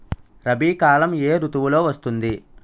రబీ కాలం ఏ ఋతువులో వస్తుంది?